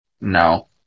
No